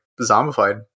zombified